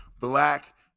Black